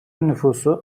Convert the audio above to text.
nüfusu